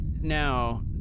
now